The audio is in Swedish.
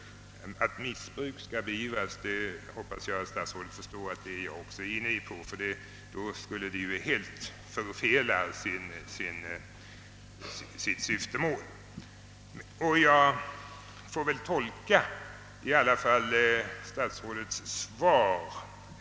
Jag hoppas att statsrådet förstår att också jag vill att missbruk skall beivras. I annat fall skulle ju åtgärderna helt förfela sitt syfte.